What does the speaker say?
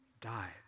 died